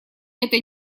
это